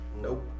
Nope